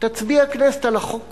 תצביע הכנסת על החוק כולו.